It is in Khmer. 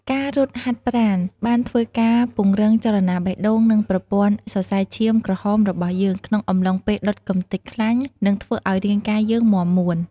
ការរត់ហាត់ប្រាណបានធ្វើការពង្រឹងចលនាបេះដូង និង ប្រព័ន្ធសសៃឈាមក្រហមរបស់យើង ក្នុងអំឡុងពេលដុតកំទេចខ្លាញ់ និង ធ្វើឲ្យរាងកាយយើងមាំមួន។